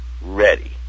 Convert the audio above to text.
ready